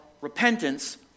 repentance